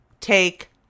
take